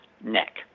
neck